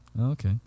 Okay